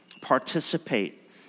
participate